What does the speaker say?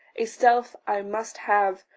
a self i must have,